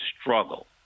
struggle